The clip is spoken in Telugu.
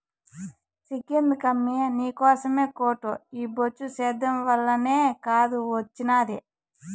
సిగ్గెందుకమ్మీ నీకోసమే కోటు ఈ బొచ్చు సేద్యం వల్లనే కాదూ ఒచ్చినాది